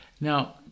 Now